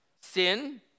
Sin